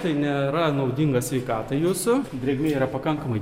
tai nėra naudinga sveikatai jūsų drėgmė yra pakankamai